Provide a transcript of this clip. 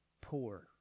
poor